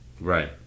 Right